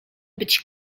być